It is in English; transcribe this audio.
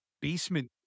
basement